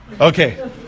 Okay